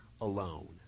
alone